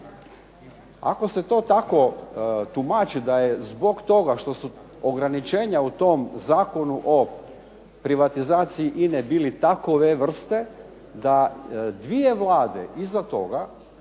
Ako se to tako tumači da je zbog toga što su ograničenja u tom Zakonu o privatizaciji INA-e bili takove vrste da 2 Vlade iza toga